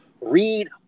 Read